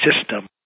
system